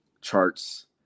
charts